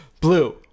Blue